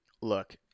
Look